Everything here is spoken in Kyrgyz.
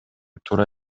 туура